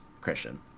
Christian